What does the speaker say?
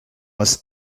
was